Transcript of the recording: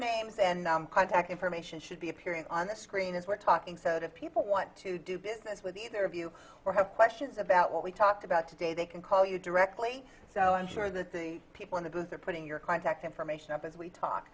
names and contact information should be appearing on the screen as we're talking so if people want to do business with their view or have questions about what we talked about today they can call you directly so i'm sure that the people in the booth they're putting your contact information up as we ta